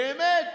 באמת,